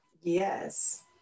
yes